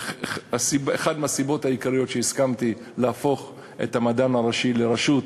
אחת הסיבות העיקריות שהסכמתי להפוך את המדען הראשי לרשות,